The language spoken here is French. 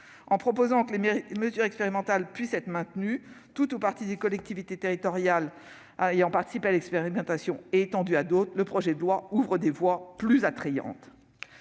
En proposant que les mesures expérimentales puissent être maintenues dans tout ou partie des collectivités territoriales ayant participé à l'expérimentation et étendues à d'autres, le projet de loi organique ouvre des voies plus attrayantes.